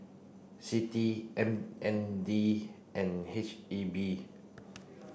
CITI M N D and H E B